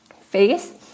face